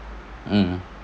mm